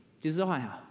desire